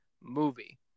movie